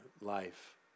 life